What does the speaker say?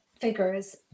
figures